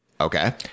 Okay